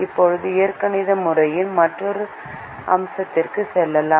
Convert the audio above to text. இப்போது இயற்கணித முறையின் மற்றொரு அம்சத்திற்கு செல்லலாம்